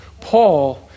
Paul